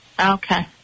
Okay